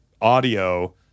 audio